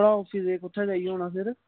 थुआडा office कुत्थे जेही होना फिर